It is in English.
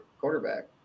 quarterback